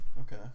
okay